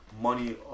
money